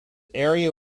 area